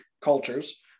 cultures